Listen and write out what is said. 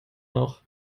noch